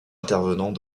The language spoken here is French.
intervenants